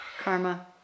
karma